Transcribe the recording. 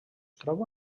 troba